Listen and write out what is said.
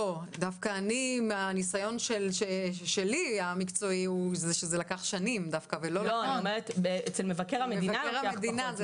דווקא מהניסיון המקצועי שלי זה לקח שנים אצל מבקר המדינה.